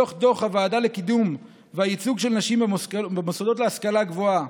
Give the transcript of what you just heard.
מתוך דוח הוועדה לקידום והייצוג של נשים במוסדות להשכלה גבוהה,